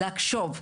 לחשוב.